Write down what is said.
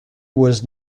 was